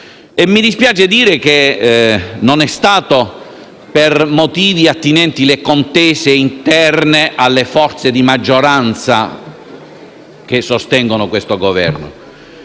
e mi dispiace dire che non è stato per motivi attinenti alle contese interne alle forze di maggioranza che sostengono questo Governo.